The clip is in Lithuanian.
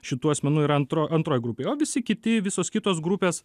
šitų asmenų yra antro antroj grupėj o visi kiti visos kitos grupės